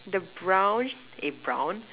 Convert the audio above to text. the brown eh brown